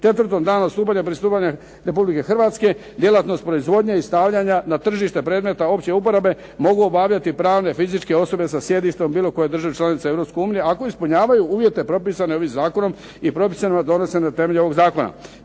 Četvrto, danom pristupanja Republike Hrvatske djelatnost proizvodnje i stavljanja na tržište predmeta opće uporabe mogu obavljati pravne i fizičke osobe sa sjedištem u bilo kojoj državi članici Europske unije ako ispunjavaju uvjete propisane ovim zakonom i propisima donesenim na temelju ovog zakona.